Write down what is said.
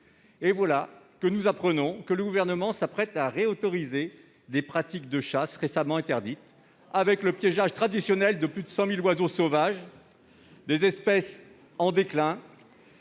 Et voilà que nous apprenons que le Gouvernement s'apprête à réautoriser des pratiques de chasse récemment interdites, avec le piégeage traditionnel de plus de 100 000 oiseaux sauvages appartenant à des espèces en déclin,